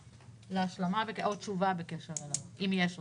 להשלמה או לתשובה בקשר אליו, אם יש אותה.